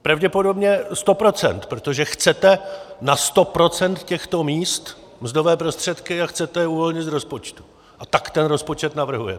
Pravděpodobně 100 procent, protože chcete na 100 procent těchto míst mzdové prostředky a chcete je uvolnit z rozpočtu, a tak ten rozpočet navrhujete.